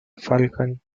falcon